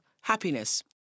happiness